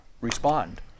respond